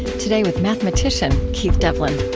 today with mathematician keith devlin